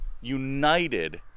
united